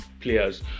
players